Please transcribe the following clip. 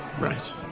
right